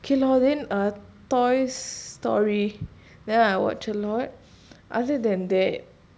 okay lor then uh toys story I watch a lot other than that